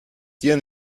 dir